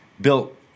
built